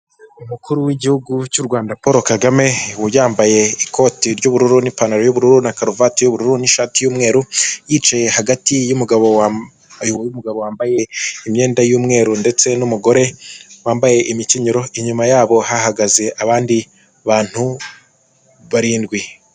Umukuru w'igihugu cy'u Rwanda Paul Kagame yambaye ikoti ry'ubururu n'ipantaro y'ubururu na karuvati y'ruru ishati y'umweru yicaye hagati y'umugaboumugabo wambaye imyenda y'umweru ndetse n'umugore wambaye imro inyuma yabo hahagaze abandi bantu barindwi.